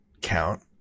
count